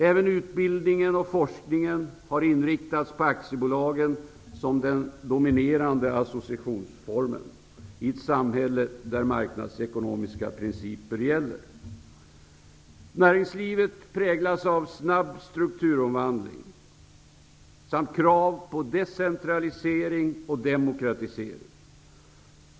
Även utbildningen och forskningen har inriktats på aktiebolagen som den dominerande associationsformen i ett samhälle där marknadsekonomiska principer gäller. Näringslivet präglas av snabb strukturomvandling samt krav på decentralisering och demokratisering.